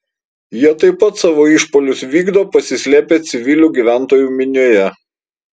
jie taip pat savo išpuolius vykdo pasislėpę civilių gyventojų minioje